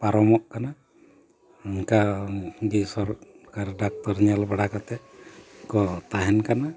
ᱯᱟᱨᱚᱢᱚᱜ ᱠᱟᱱᱟ ᱚᱱᱠᱟᱜᱮ ᱥᱚᱨᱠᱟᱨ ᱰᱟᱠᱛᱚᱨ ᱧᱮᱞ ᱵᱟᱲᱟ ᱠᱟᱛᱮᱫ ᱠᱚ ᱛᱟᱦᱮᱱ ᱠᱟᱱᱟ